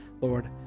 Lord